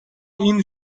این